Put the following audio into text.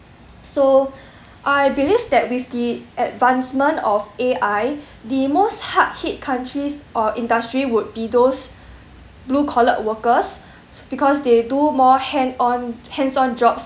so I believe that with the advancement of A_I the most hard hit countries or industry would be those blue collared workers because they do more hand on hands on jobs